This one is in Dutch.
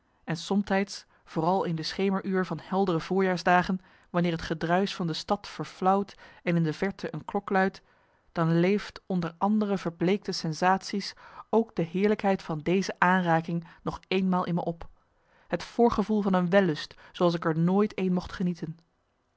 en somtijds vooral in het schemeruu van heldere voorjaarsdagen wanneer het gedruisch van de stad verflauwt en in de verte een klok luidt dan leeft onder andere verbleekte sensatie's ook de heerlijkheid van deze aanraking nog eenmaal in me op het voorgevoel van een wellust zooals ik er nooit een mocht genieten